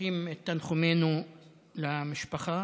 שולחים את תנחומינו למשפחה.